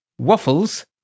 waffles